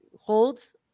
holds